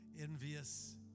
envious